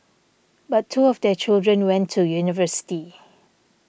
but two of their children went to university